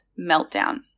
meltdown